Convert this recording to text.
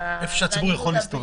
שרלוונטי.